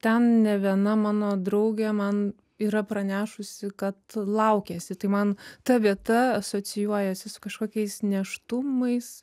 ten ne viena mano draugė man yra pranešusi kad laukiasi tai man ta vieta asocijuojasi su kažkokiais nėštumais